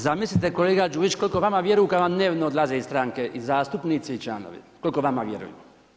Zamislite kolega Đujić koliko vama vjeruju kad vam dnevno odlaze iz stranke i zastupnici i članovi, koliko vama vjeruju.